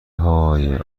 های